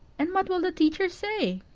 and what will the teacher say?